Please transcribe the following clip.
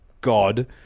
god